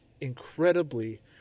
incredibly